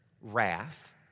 wrath